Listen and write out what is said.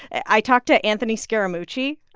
i talked to anthony scaramucci,